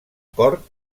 cort